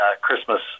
Christmas